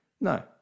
No